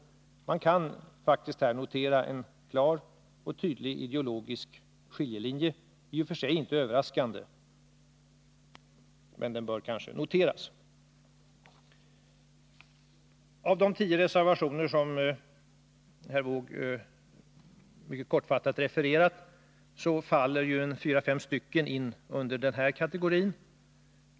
Man kan faktiskt notera en klar och tydlig ideologisk skiljelinje. Den är i och för sig inte överraskande, men den bör kanske noteras. Av de tio reservationer som herr Wååg mycket kortfattat refererat faller fyra fem stycken in under den här kategorin.